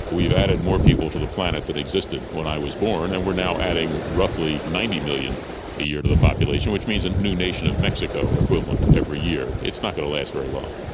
we've added more people to the planet than existed when i was born and we are now adding roughly ninety million a year to the population, which means a and new nation of mexico equivalent every year. it's not going to last very long.